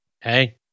Hey